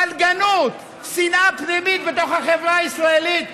פלגנות, שנאה פנימית בתוך החברה הישראלית.